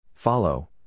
Follow